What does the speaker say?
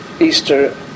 Easter